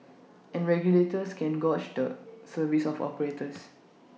and regulators can gauge the service of operators